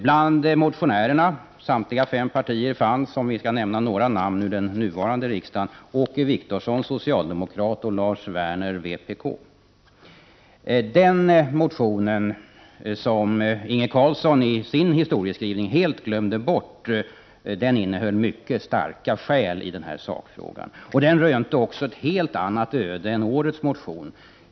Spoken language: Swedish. Bland motionärerna, från samtliga fem partier, fanns om vi skall nämna några namn i den nuvarande riksdagen Åke Wictorsson och Lars Werner . Den motion, som Inge Carlsson i sin historieskrivning helt glömde bort, innehöll mycket starka skäl i den här sakfrågan, och den rönte också ett helt annat öde än årets motion.